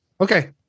okay